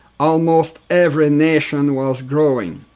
almost every nation was growing.